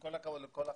כל הכבוד לכל החברים,